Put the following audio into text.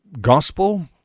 gospel